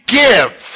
give